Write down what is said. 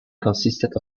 consisted